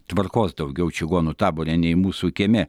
tvarkos daugiau čigonų tabore nei mūsų kieme